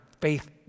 faith